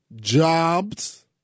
jobs